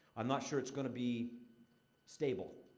i'm not sure it's gonna be stable.